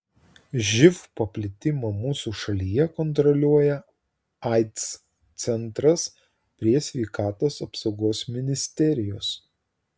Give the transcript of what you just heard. živ paplitimą mūsų šalyje kontroliuoja aids centras prie sveikatos apsaugos ministerijos